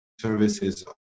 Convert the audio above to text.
services